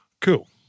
Cool